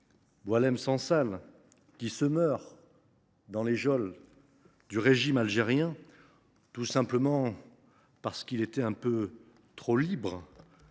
Boualem Sansal, qui se meurt dans les geôles du régime d’Alger tout simplement parce qu’il est un peu trop libre